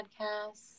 Podcasts